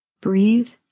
Breathe